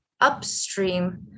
upstream